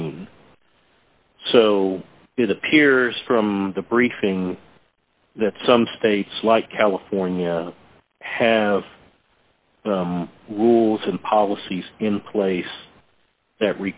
mean so it appears from the briefing that some states like california have rules and policies in place that